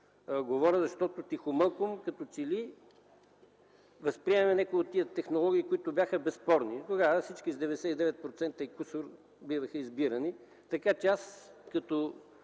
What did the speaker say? говоря, защото тихомълком като че ли възприемаме някои от тези технологии, които бяха безспорни. Тогава всички с 99% и кусур биваха избирани, така че аз като